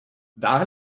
daar